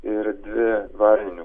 ir dvi varninių